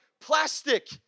plastic